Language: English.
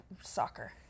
soccer